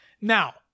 Now